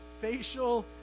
facial